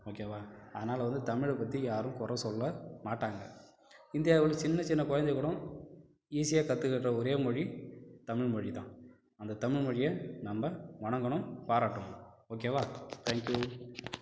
ஓகேவா அதனால வந்து தமிழைப் பத்தி யாரும் குறை சொல்லமாட்டாங்கள் இந்தியாவில் சின்னச்சின்ன குழந்தைங்க கூடம் ஈஸியா கற்றுக்குற ஒரே மொழி தமிழ் மொழிதான் அந்த தமிழ் மொழியை நம்ம வணங்கணும் பாராட்டணும் ஓகேவா தேங்க் யூ